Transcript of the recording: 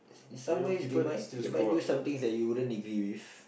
some way they might they might do somethings that you wouldn't agree with